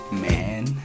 man